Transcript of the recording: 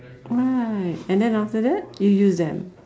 right and then after that you use them